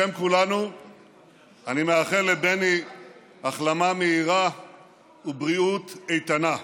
בשם כולנו אני מאחל לבני החלמה מהירה ובריאות איתנה.